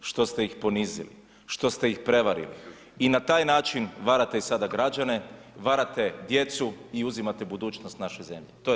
Što ste ih ponizili, što ste ih prevarili i na taj način varate i sada građane, varate djecu i uzimate budućnost naše zemlje, to je